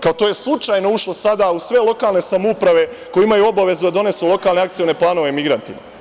Kao, to je slučajno ušlo sada u sve lokalne samouprave koje imaju obavezu da donesu lokalne akcione planove migrantima?